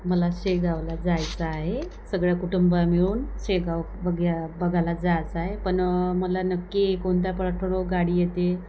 मला शेगावला जायचं आहे सगळ्या कुटुंब मिळून शेगाव बघय बघायला जायचं आहे पण मला नक्की कोणत्या प्लॅटफॉरवर गाडी येते